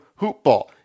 HoopBall